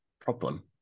problem